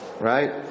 right